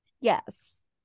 Yes